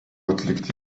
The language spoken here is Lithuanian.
atlikti